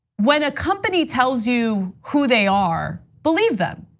when a company tells you who they are, believe them,